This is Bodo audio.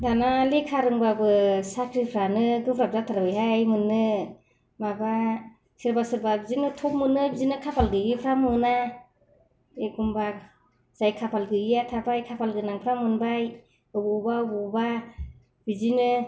दाना लेखा रोंब्लाबो साख्रिफ्रानो गोब्राब जाथारबायहय मोननो माबा सोरबा सोरबा बिदिनो थब मोनो बिदिनो खाफाल गैयिफोरा मोना एखमब्ला जाय खाफाल गैयिया थाबाय खाफालगोनाफ्रा मोनबाय अबावबा अबावबा बिदिनो